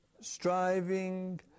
striving